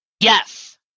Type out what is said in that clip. Yes